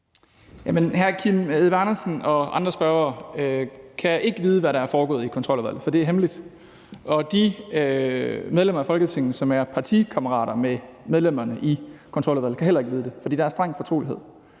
(S): Hr. Kim Edberg Andersen og andre spørgere kan ikke vide, hvad der er foregået i Kontroludvalget. For det er hemmeligt, og de medlemmer af Folketinget, som er partikammerater med medlemmerne i Kontroludvalget, kan heller ikke vide det, fordi der er streng fortrolighed.